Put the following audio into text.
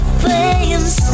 flames